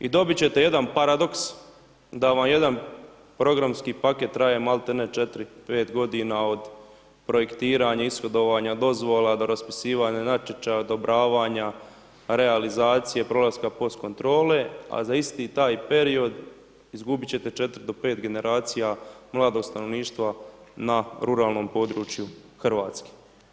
I dobit će te jedan paradoks, da vam jedan programski paket traje maltene četiri, pet godina od projektiranja, ishodovanja dozvola, do raspisivanja natječaja, odobravanja, realizacije programska post kontrole, a za isti taj period izgubit će te četiri do pet generacija mladog stanovništva na ruralnom području Hrvatske.